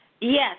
Yes